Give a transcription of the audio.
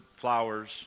flowers